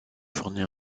fournit